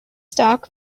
stock